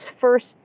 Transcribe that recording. first